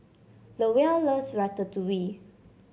Lowell loves Ratatouille